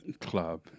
club